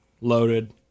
loaded